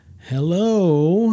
Hello